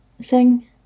sing